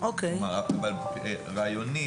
אבל רעיונית.